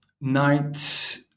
Night